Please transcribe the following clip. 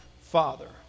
Father